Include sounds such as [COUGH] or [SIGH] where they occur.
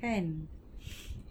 kan [BREATH]